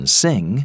sing